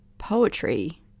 Poetry